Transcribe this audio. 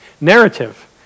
narrative